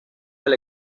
del